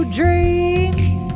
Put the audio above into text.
dreams